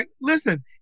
Listen